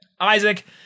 Isaac